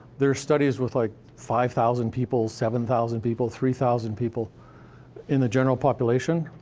they're studies with like five thousand people, seven thousand people, three thousand people in the general population.